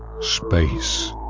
Space